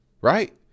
right